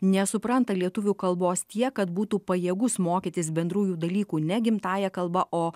nesupranta lietuvių kalbos tiek kad būtų pajėgus mokytis bendrųjų dalykų ne gimtąja kalba o